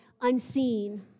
unseen